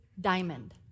diamond